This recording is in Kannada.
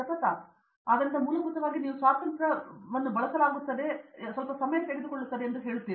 ಪ್ರತಾಪ್ ಹರಿದಾಸ್ ಆದ್ದರಿಂದ ಮೂಲಭೂತವಾಗಿ ನೀವು ಸ್ವಾತಂತ್ರ್ಯವನ್ನು ಬಳಸಲಾಗುತ್ತದೆ ಎಂದು ಸ್ವಲ್ಪ ಸಮಯ ತೆಗೆದುಕೊಳ್ಳುತ್ತದೆ ಎಂದು ಹೇಳುತ್ತಿದ್ದಾರೆ